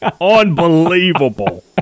Unbelievable